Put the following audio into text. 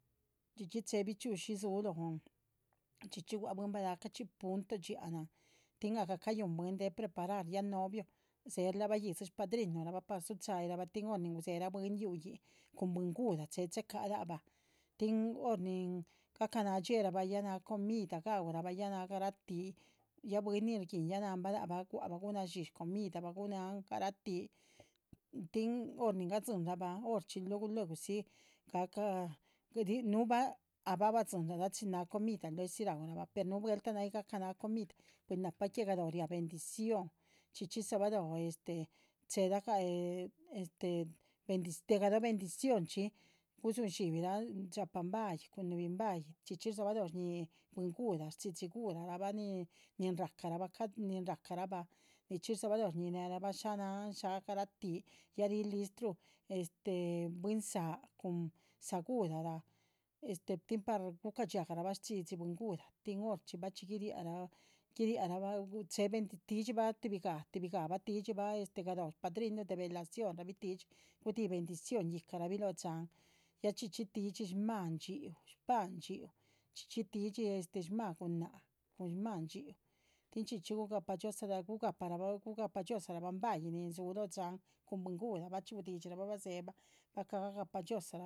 Chxí chxí chéhe bichxi´ushi dzúhu lóhon chxí chxí gua bwín balachxí punto dxiánahn tin nahgah cayuhun bwín deh preparar ya novio dzéherla bah yíhdzi shádrinurabah. para dzúhu cháyih rabah tin hor nin gudzéhera bwín yúhuyin cun bwín nguhula chéhe checah lac bah tin hor nin gahca náha dxierabah ya náha comida gaúrabah ya garahtih. ya bwín nin shguihin ya náhanbah guabah gúhu nadshí shcomidabah guh náhan garatih tin hor nin gadzíhinrabah horchxí luegu luegudzi gahca, núhubah ahbah. badzinlah chin náha comida, luezi raúra bah per núhu vueltah náh yih gacanah comida, pues nahpa que galóho riá bendición chxí chxí dzobalóho este chéhe lagah. este este bendi de galóho bendición chxí gudzún dxíbirah, dxáhapan bahyih cun núhubin bahyih, chxí chxí rdzobalóho shñíhi guhla shchxídxi guhlara bah nin rahcara bah. ca´nin rahca rabah nichxí rdzobalóho shníhirabah shá náhan shá garatih ya ríh listru este bwín záa cun saguhlabah este tin par guca´dxia garabah shchxídhxi bwín gulah. tin horchxí bachxí guiriah rah guiráh rah tídxibah tuhbi gah tuhbi gah bah tídxibah este lóho shpadrinu de velación rabih tídxi gudihi bendición. yíhcara bih lóho dxáhan, ya chxí chxí tídhxi shmáha ndxhíu sháha ndxhíu chxí chxí tídxi, este shmáha gunáhc cun shmáha ndxhíu tin chxí chxí gugapah dhxiózaa. lac rah mbahyih nin dzúhu lóho dxáham cun bwín guhla bachxí gudidxirabah bah dzéherabah bah cagah gah pah dhxiózaa